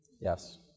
Yes